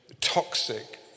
toxic